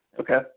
Okay